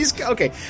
Okay